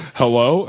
hello